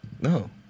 no